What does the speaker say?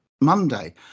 Monday